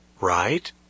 Right